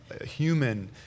human